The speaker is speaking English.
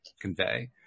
convey